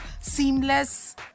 seamless